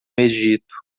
egito